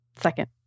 Second